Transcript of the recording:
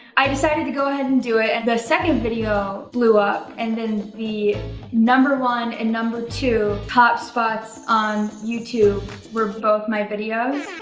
i decided to go ahead and do it and the second video blew up and then the number one and number two top spots on youtube were both my videos.